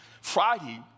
Friday